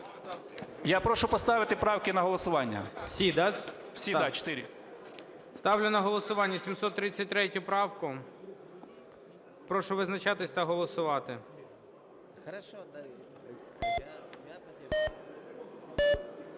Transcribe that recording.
Я прошу поставити правки на голосування, всі чотири. ГОЛОВУЮЧИЙ. Ставлю на голосування 733 правку. Прошу визначатись та голосувати.